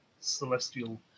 celestial